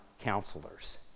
counselors